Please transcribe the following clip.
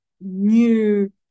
new